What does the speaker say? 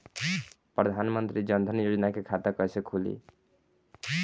प्रधान मंत्री जनधन योजना के खाता कैसे खुली?